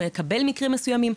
לקבל מקרים מסוימים.